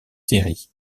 séries